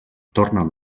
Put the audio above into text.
tornen